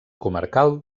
comarcal